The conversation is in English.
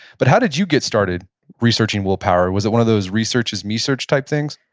but how did you get started researching willpower? was it one of those researches mesearch type things?